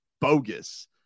Bogus